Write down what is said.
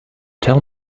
tell